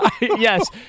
Yes